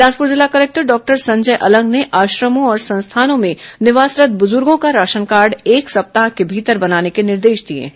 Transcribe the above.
बिलासपुर जिला collector doctor Sanjay Alang ने आश्रमों और संस्थाओं में निवासरत् बुजुर्गों का राशन कार्ड एक सप्ताह के भीतर बनाने के निर्देश दिए हैं